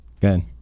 Good